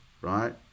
right